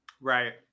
Right